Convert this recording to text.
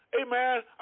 amen